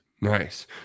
Nice